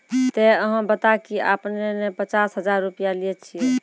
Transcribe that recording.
ते अहाँ बता की आपने ने पचास हजार रु लिए छिए?